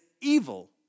evil